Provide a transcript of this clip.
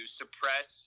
suppress